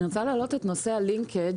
אני רוצה להעלות את נושא הלינקג'.